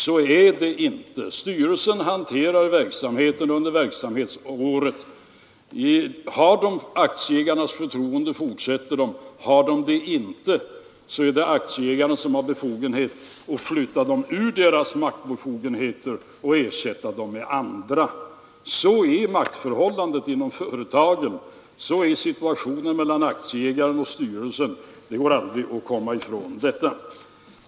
Så är det inte. Styrelsen hanterar verksamheten under verksamhetsåret. Har styrelsen aktieägarnas förtroende fortsätter den, har den inte deras förtroende har aktieägarna möjlighet att frånta styrelseledamöterna deras maktbefogenheter och ersätta dem med andra. Så är maktförhållandena inom ett företag, så är relationerna mellan aktieägarna och styrelsen. Det går aldrig att komma ifrån detta.